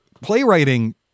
playwriting